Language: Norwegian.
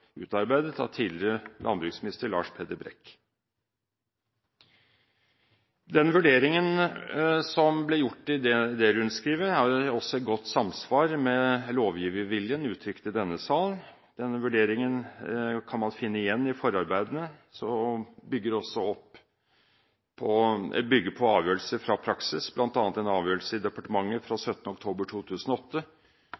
utarbeidet av tidligere landbruksminister Lars Peder Brekk. Vurderingen som ble gjort i det rundskrivet, er i godt samsvar med lovgiverviljen uttrykt i denne sal. Denne vurderingen kan man finne igjen i forarbeidene, og den bygger på avgjørelser fra praksis, bl.a. en avgjørelse i departementet fra